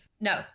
No